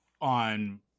on